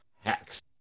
hacks